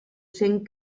cent